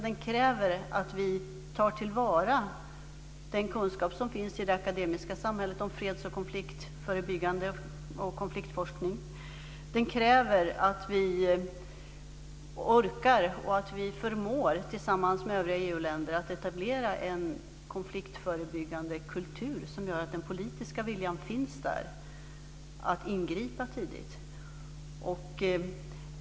Den kräver att vi tar till vara den kunskap som finns i det akademiska samhället om fred, konfliktförebyggande och konfliktforskning. Den kräver att vi orkar och att vi, tillsammans med övriga EU-länder, förmår att etablera en konfliktförebyggande kultur som gör att den politiska viljan att ingripa tidigt finns där.